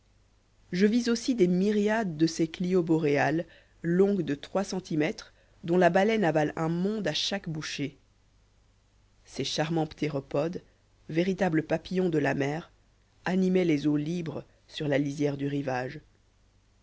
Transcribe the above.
je vis aussi des myriades de ces clios boréales longues de trois centimètres dont la baleine avale un monde à chaque bouchée ces charmants ptéropodes véritables papillons de la mer animaient les eaux libres sur la lisière du rivage